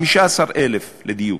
15,000 לדיוק,